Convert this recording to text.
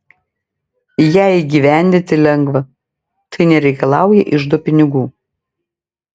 ją įgyvendinti lengva tai nereikalauja iždo pinigų